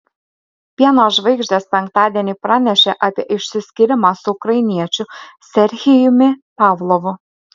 pieno žvaigždės penktadienį pranešė apie išsiskyrimą su ukrainiečiu serhijumi pavlovu